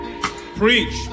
preach